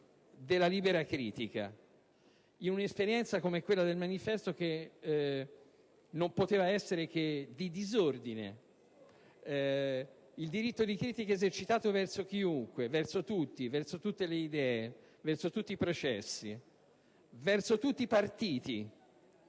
della libera critica, in un'esperienza come quella de "il manifesto" che non poteva essere che di disordine: il diritto di critica esercitato verso chiunque, verso tutti, verso tutte le idee, verso tutti i processi, verso tutti i partiti.